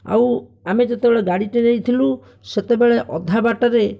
ଆଉ ଆମେ ଯେତେବେଳେ ଗାଡ଼ିଟି ନେଇଥିଲୁ ସେତେବେଳେ ଅଧା ବାଟରେ